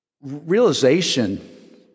realization